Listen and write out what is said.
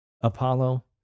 Apollo